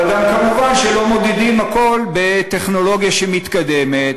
אבל גם מובן שלא מודדים הכול בטכנולוגיה שמתקדמת